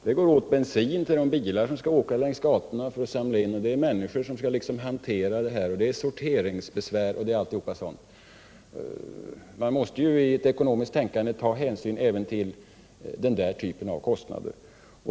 Det går åt bensin till de bilar som skall åka längs gatorna för att samla in buntarna och det behövs människor för att sköta hanteringen. Det är sorteringsbesvär m.m. Man måste ju i ett ekonomiskt tänkande ta hänsyn även till denna typ av kostnader.